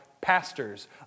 pastors